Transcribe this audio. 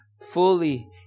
fully